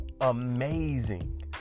amazing